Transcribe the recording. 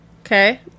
Okay